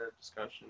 discussion